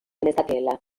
genezakeela